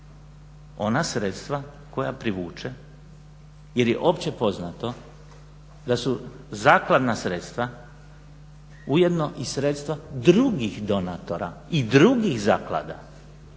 ona sredstva privuče jer je općepoznato da su zakladna sredstva ujedno i sredstva drugih donatora i drugih zaklada.